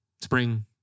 spring